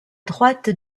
droite